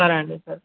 సరే అండి సరే